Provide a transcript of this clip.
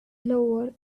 lower